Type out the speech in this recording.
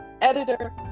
editor